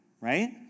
right